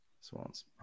Swans